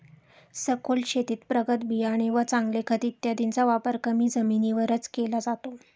सखोल शेतीत प्रगत बियाणे व चांगले खत इत्यादींचा वापर कमी जमिनीवरच केला जातो